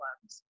problems